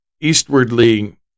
eastwardly